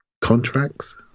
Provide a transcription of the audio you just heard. contracts